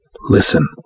listen